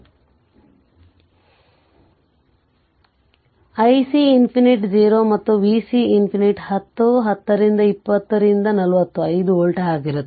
ಆದ್ದರಿಂದ ic ∞ 0 ಮತ್ತು vc ∞ 10 10 ರಿಂದ 20 ರಿಂದ 40 5 ವೋಲ್ಟ್ ಆಗಿರುತ್ತದೆ